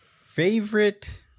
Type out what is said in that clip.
Favorite